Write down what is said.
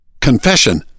Confession